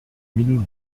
mille